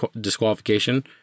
disqualification